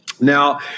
Now